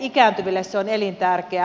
ikääntyville se on elintärkeää